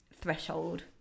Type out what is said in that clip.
threshold